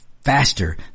Faster